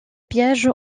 piège